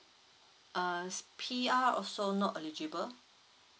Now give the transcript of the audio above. uh P_R also not eligible